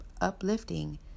uplifting